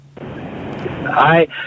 Hi